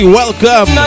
welcome